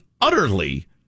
utterly